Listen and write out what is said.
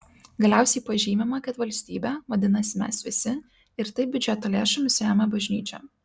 galiausiai pažymima kad valstybė vadinasi mes visi ir taip biudžeto lėšomis remia bažnyčią